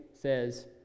says